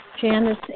Janice